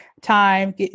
time